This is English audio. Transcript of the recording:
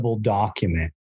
document